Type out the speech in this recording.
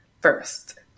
first